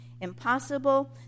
impossible